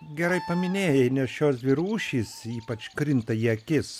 gerai paminėjai nes šios dvi rūšys ypač krinta į akis